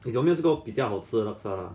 有没有吃过比较好吃的 laksa lah